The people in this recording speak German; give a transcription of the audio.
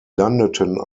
landeten